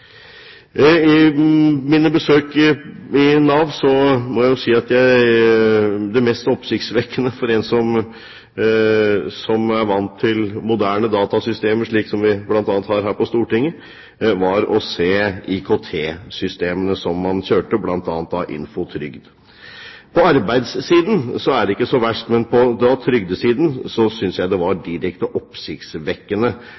Nav. Under mine besøk i Nav må jeg si at det mest oppsiktsvekkende for en som er vant til moderne datasystemer – slik som vi bl.a. har her på Stortinget – var å se IKT-systemene man kjørte, bl.a. Infotrygd. På arbeidssiden er det ikke så verst, men på trygdesiden synes jeg det var